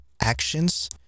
actions